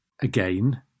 again